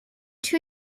too